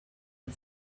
the